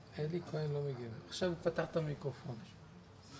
החבר'ה האלה שהם נוער בסיכון נמצאים תחת המטריה של אגף שח"ר,